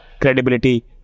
credibility